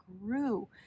grew